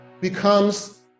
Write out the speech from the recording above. becomes